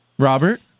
Robert